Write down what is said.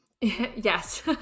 Yes